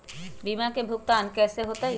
बीमा के भुगतान कैसे होतइ?